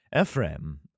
Ephraim